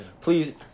please